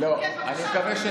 לא, רציתי